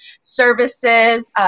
services